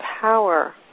power